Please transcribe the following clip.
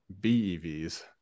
BEVs